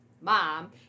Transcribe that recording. mom